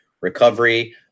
recovery